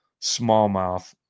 smallmouth